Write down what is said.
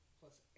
plus